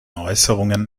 äußerungen